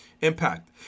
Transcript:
Impact